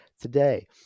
today